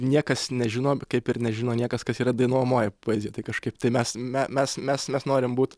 niekas nežino kaip ir nežino niekas kas yra dainuojamoji poezija tai kažkaip tai mes mes mes mes norim būt